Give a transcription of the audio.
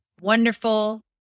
wonderful